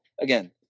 again